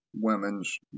women's